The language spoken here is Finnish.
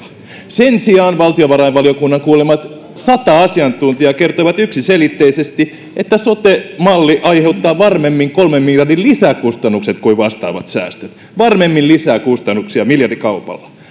sen sijaan valtiovarainvaliokunnan kuulemat sata asiantuntijaa kertoivat yksiselitteisesti että sote malli aiheuttaa varmemmin kolmen miljardin lisäkustannukset kuin vastaavat säästöt varmemmin lisää kustannuksia miljardikaupalla